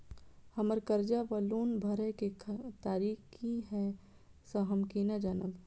हम्मर कर्जा वा लोन भरय केँ तारीख की हय सँ हम केना जानब?